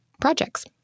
Projects